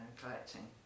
collecting